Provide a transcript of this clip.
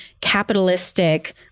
capitalistic